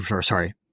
sorry